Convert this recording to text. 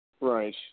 Right